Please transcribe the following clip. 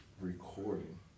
recording